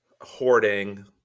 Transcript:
Hoarding